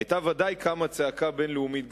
היתה ודאי קמה צעקה בין-לאומית גדולה.